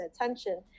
attention